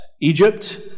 Egypt